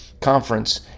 conference